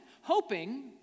hoping